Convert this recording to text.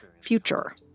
future